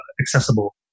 accessible